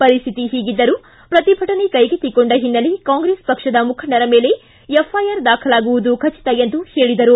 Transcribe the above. ಪರಿಸ್ಥಿತಿ ಹೀಗಿದ್ದರೂ ಪ್ರತಿಭಟನೆ ಕೈಗೆಕ್ತಿಕೊಂಡ ಹಿನ್ನೆಲೆ ಕಾಂಗ್ರೆಸ್ ಪಕ್ಷದ ಮುಖಂಡರ ಮೇಲೆ ಎಫ್ಐಆರ್ ದಾಖಲಾಗುವುದು ಖಚಿತ ಎಂದು ಹೇಳಿದರು